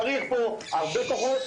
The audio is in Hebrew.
צריך פה הרבה כוחות,